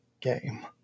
game